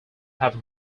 have